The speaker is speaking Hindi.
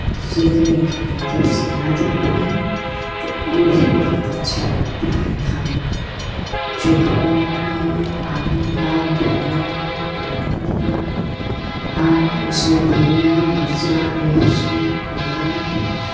सेंकने के लिए जब सेंका जाता है तो वो भी बहुत अच्छा लगता है खाने में चोखा बनाते हैं आलू का बैंगन का टमाटर का आ उसमें धनिया मरचा लहसुन अदरक